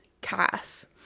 Cass